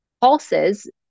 pulses